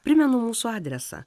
primenu mūsų adresą